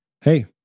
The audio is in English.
hey